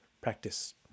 practice